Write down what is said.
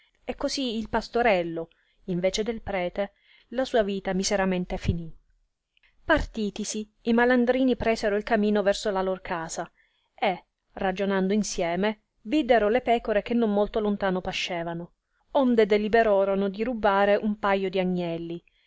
e così il pastorello in vece del prete la sua vita miseramente finì partitisi i malandrini presero il camino verso la lor casa e ragionando insieme videro le pecore che non molto lontano pascevano onde deliberorono di rnbbare uno paio di agnelli